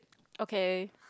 okay